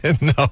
No